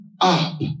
up